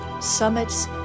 summits